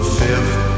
fifth